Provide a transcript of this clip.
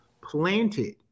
planted